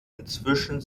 inzwischen